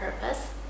purpose